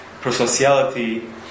prosociality